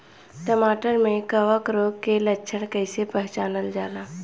टमाटर मे कवक रोग के लक्षण कइसे पहचानल जाला?